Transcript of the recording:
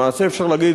למעשה, אפשר להגיד